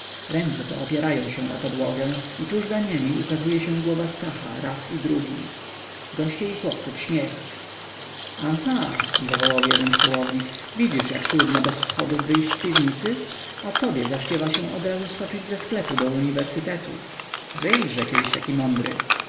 ręce te opierają się o podłogę i tuż za niemi ukazuje się głowa stacha raz i drugi goście i chłopcy w śmiech aha zawołał jeden stołownik widzisz jak trudno bez schodów wyjść z piwnicy a tobie zachciewa się odrazu skoczyć ze sklepu do uniwersytetu wyjdźźe kiedyś taki mądry